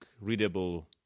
readable